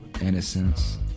innocence